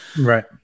Right